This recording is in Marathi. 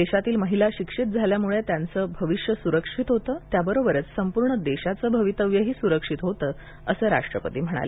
देशातील महिला शिक्षित झाल्यामुळे त्यांचं भविष्य सुरक्षित होतं त्याबरोबरच संपूर्ण देशाचं भवितव्य सुरक्षित होतं असं राष्ट्रपती म्हणाले